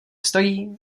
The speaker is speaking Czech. stojí